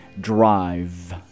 drive